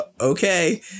okay